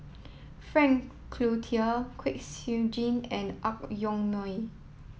Frank Cloutier Kwek Siew Jin and Ang Yoke Mooi